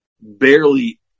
Barely